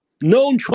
known